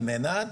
על מנת,